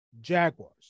Jaguars